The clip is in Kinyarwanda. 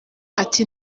ati